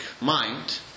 mind